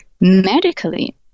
medically